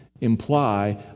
imply